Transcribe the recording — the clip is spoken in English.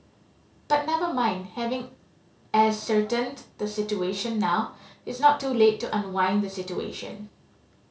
but never mind having ascertained the situation now it's not too late to unwind the situation